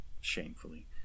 shamefully